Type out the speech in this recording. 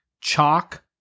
chalk